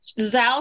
Zal